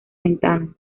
ventanas